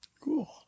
Cool